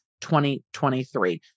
2023